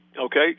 okay